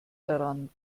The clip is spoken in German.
daran